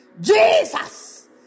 Jesus